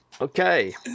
Okay